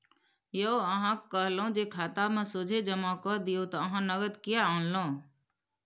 यौ अहाँक कहलहु जे खातामे सोझे जमा कए दियौ त अहाँ नगद किएक आनलहुँ